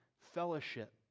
fellowship